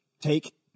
take